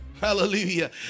Hallelujah